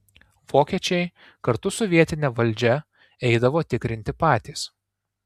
vokiečiai kartu su vietine valdžia eidavo tikrinti patys